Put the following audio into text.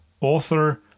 author